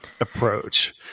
approach